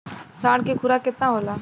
साँढ़ के खुराक केतना होला?